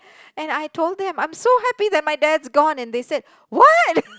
and I told them I'm so happy that my dad's gone and they said what